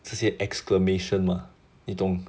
这些 exclamation 吗你懂